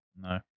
No